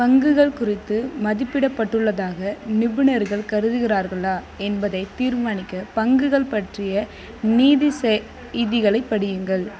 பங்குகள் குறித்து மதிப்பிடப்பட்டுள்ளதாக நிபுணர்கள் கருதுகிறார்களா என்பதைத் தீர்மானிக்க பங்குகள் பற்றிய நீதி செய்திகளைப் படியுங்கள்